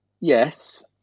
Yes